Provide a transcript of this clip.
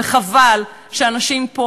וחבל שאנשים פה,